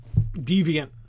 deviant